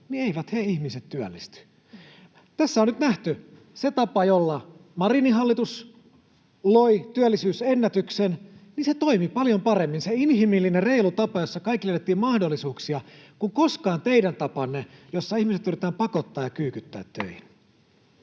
niin eivät ne ihmiset työllisty. Tässä on nyt nähty se tapa, jolla Marinin hallitus loi työllisyysennätyksen, ja se toimi paljon paremmin, se inhimillinen, reilu tapa, jolla kaikille annettiin mahdollisuuksia, kuin koskaan teidän tapanne, jolla ihmiset yritetään pakottaa [Puhemies